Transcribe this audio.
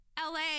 LA